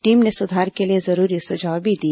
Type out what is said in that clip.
team ने सुधार के लिए जरूरी सुझाव भी दिए